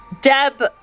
Deb